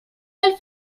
del